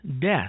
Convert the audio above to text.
death